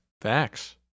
facts